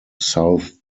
south